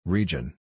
Region